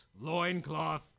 loincloth